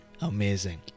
amazing